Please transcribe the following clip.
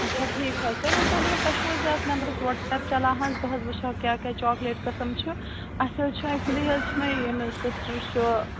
اچھا ٹھیٖک حظ تُہۍ ؤنۍ تَو حظ مےٚ تۄہہِ چھُو حظ یَتھ نمبرَس واٹٕسایپ چلان حظ بہٕ حظ وٕچھِ ہاو کیٛاہ کیٛاہ چاکلیٹ قسٕم چھِ اَسہِ حظ چھِ اٮ۪کچؤلی چھِ مےٚ ییٚمِس سِسٹَر چھُ